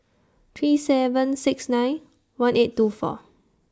three seven six nine one eight two four